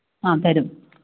ആ തരും